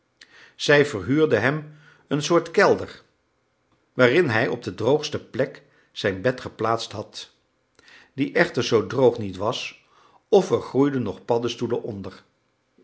zij verhuurde hem een soort kelder waarin hij op de droogste plek zijn bed geplaatst had die echter zoo droog niet was of er groeiden nog paddestoelen onder